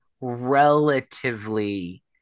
relatively